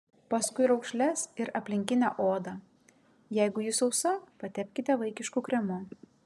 paskui raukšles ir aplinkinę odą jeigu ji sausa patepkite vaikišku kremu